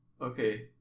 Okay